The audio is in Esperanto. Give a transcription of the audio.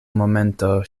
momento